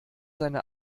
seine